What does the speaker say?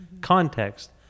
context